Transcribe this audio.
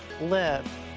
live